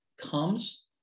comes